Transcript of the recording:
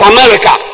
America